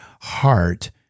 heart